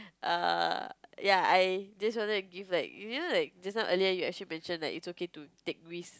err ya I just wanted to give like you know like just now earlier you actually mention like it's okay to take risk